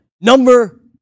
number